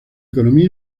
economía